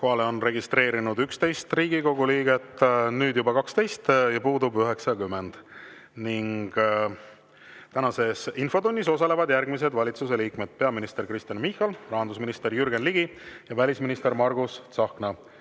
Kohale on registreerinud 11 Riigikogu liiget, nüüd juba 12, ja puudub 90. Tänases infotunnis osalevad järgmised valitsuse liikmed: peaminister Kristen Michal, rahandusminister Jürgen Ligi ja välisminister Margus Tsahkna.